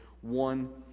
one